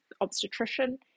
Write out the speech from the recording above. obstetrician